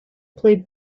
played